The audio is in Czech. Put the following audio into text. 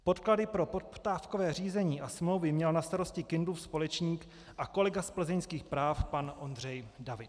Podklady pro poptávkové řízení a smlouvy měl na starosti Kindlův společník a kolega z plzeňských práv pan Ondřej David.